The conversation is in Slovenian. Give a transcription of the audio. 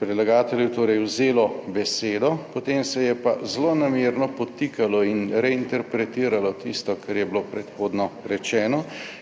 predlagatelju torej vzelo besedo, potem se je pa zlonamerno podtikalo in reinterpretiralo tisto, kar je bilo predhodno rečeno